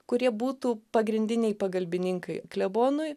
kurie būtų pagrindiniai pagalbininkai klebonui